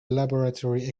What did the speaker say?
laboratory